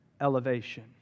elevation